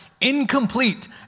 incomplete